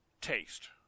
taste